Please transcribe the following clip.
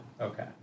Okay